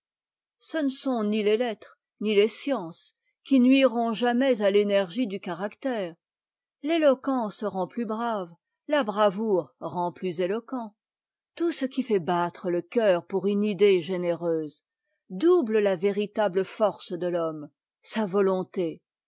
ce ne sont ni les lettres ni les sciences qui nuiront jamais à t'énergie du caractère l'éloquence rend plus brave ta bravoure rend plus éloquent tout ce qui fait battre le cœur pour une idée généreuse double la véritable force de t'homme sa volonté